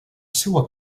seua